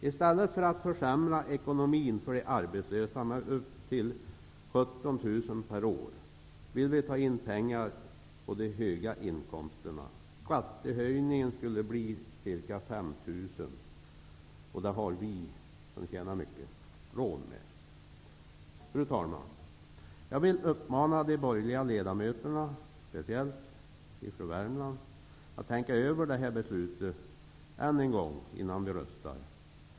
I stället för att försämra ekonomin för de arbetslösa med upp till 17 000 kr per år, vill vi socialdemokrater ta pengarna på de höga inkomsterna. Skattehöjningen skulle bli ca 5 000 kr, och det har vi som tjänar mycket råd med. Fru talman! Jag vill uppmana de borgerliga ledamöterna, speciellt de från Värmland, att tänka över denna fråga än en gång innan vi röstar.